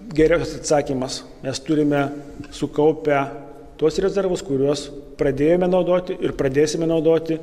geriausias atsakymas mes turime sukaupę tuos rezervus kuriuos pradėjome naudoti ir pradėsime naudoti